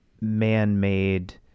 man-made